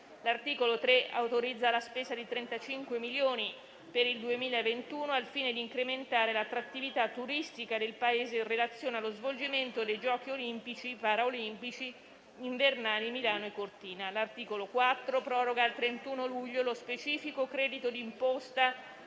L'articolo 3-*ter* autorizza la spesa di 35 milioni per il 2021 al fine di incrementare l'attrattività turistica del Paese in relazione allo svolgimento dei giochi olimpici e paralimpici invernali Milano e Cortina 2026. L'articolo 4 proroga al 31 luglio lo specifico credito di imposta